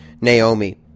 Naomi